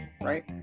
Right